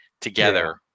together